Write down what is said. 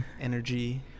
energy